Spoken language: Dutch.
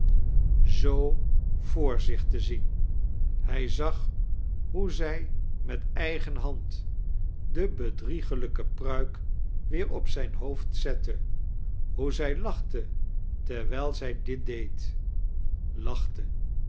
zoo voor zich te zien hij zag hoe zij met eigen hand de bedriegelijke pruik weer op zijn hoofd zette hoe zij lachte terwijl zij dit deed